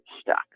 stuck